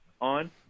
On